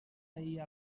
ahir